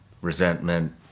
resentment